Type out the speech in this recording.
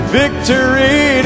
victory